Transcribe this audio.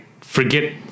forget